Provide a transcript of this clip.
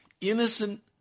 innocent